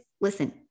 listen